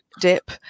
dip